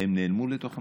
הם נעלמו לתוך המחשכים,